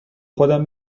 خودم